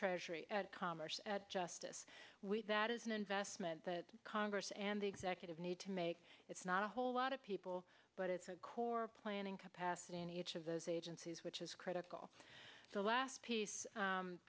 treasury at commerce at justice that is an investment that congress and the executive need to make it's not a whole lot of people but it's a core planning capacity in each of those agencies which is critical the last piece